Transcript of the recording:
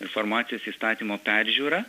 ir farmacijos įstatymo peržiūra